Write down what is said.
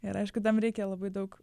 ir aišku tam reikia labai daug